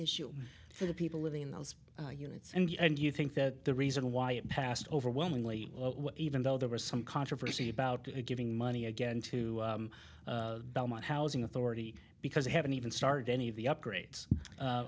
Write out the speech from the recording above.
issue for the people living in those units and you think that the reason why it passed overwhelmingly even though there was some controversy about giving money again to belmont housing authority because they haven't even started any of the upgrades